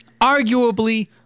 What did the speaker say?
Arguably